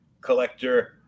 collector